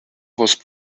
was